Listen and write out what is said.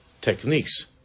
techniques